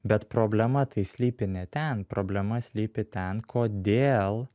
bet problema tai slypi ne ten problema slypi ten kodėl